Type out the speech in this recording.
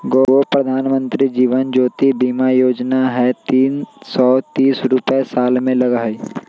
गो प्रधानमंत्री जीवन ज्योति बीमा योजना है तीन सौ तीस रुपए साल में लगहई?